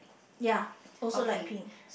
ya also light pink